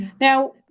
Now